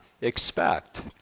expect